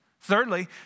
Thirdly